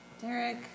Derek